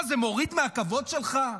מה, זה מוריד מהכבוד שלך?